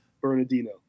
Bernardino